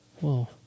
Whoa